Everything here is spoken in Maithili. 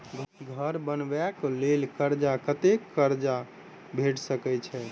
घर बनबे कऽ लेल कर्जा कत्ते कर्जा भेट सकय छई?